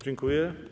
Dziękuję.